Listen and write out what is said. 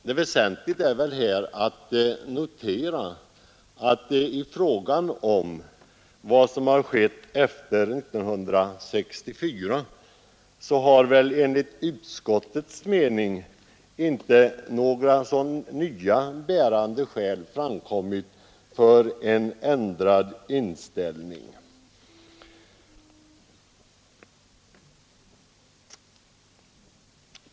Det är väsentligt att här notera att det sedan 1964, då frågan förra gången behandlades, inte framkommit några bärande skäl för en ändrad inställning.